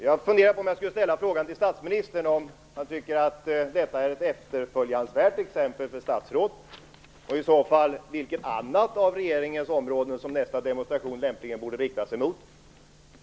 Jag funderade på om jag skulle ställa frågan till statsministern om han tycker att detta är ett efterföljansvärt exempel för statsråd, och i så fall vilket av regeringens områden som nästa demonstration lämpligen borde riktas mot.